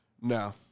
No